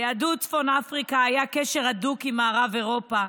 ליהדות צפון אפריקה היה קשר הדוק עם מערב אירופה,